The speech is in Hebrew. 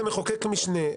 התקנה זה מחוקק משנה,